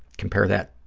compare that,